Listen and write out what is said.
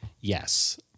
yes